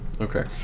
okay